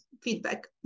feedback